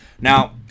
now